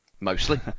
Mostly